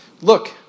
Look